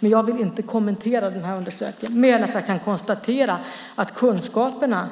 Men jag vill inte kommentera den här undersökningen, mer än att jag kan konstatera att kunskaperna